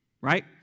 Right